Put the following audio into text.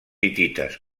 hitites